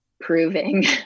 proving